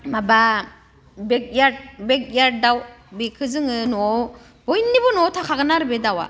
माबा बेखयार्द दाउ बेखौ जोङो न'आव बयनिबो न'आव थाखागोन आरो बे दाउवा